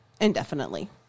indefinitely